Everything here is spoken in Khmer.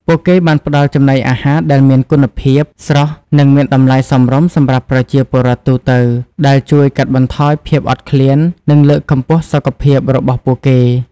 ពួកគេបានផ្តល់ចំណីអាហារដែលមានគុណភាព ស្រស់ និងមានតម្លៃសមរម្យសម្រាប់ប្រជាពលរដ្ឋទូទៅ ដែលជួយកាត់បន្ថយភាពអត់ឃ្លាន និងលើកកម្ពស់សុខភាពរបស់ពួកគេ។